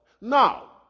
Now